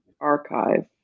Archive